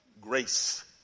Grace